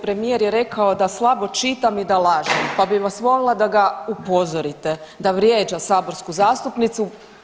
Premijer je rekao da slabo čitam i da lažem, pa bih vas molila da ga upozorite da vrijeđa saborsku zastupnicu.